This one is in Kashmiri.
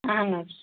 اَہن حظ